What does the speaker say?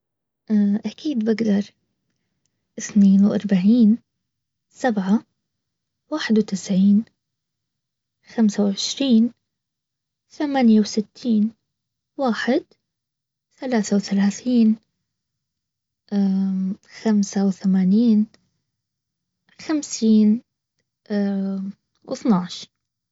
اكيد بقدر اثنين واربعين ،سبعة، واحد وتسعين ،خمسة وعشرين، ثمانية وستين ،واحد، ثلاثة وثلاثين، خمسة وثمانين، خمسين و اثناش